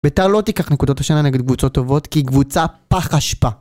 בית״ר לא תיקח נקודות השנה נגד קבוצות טובות כי היא קבוצה פח אשפה